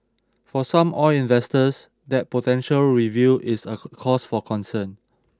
for some oil investors that potential review is a cause for concern